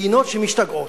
מדינות שמשתגעות.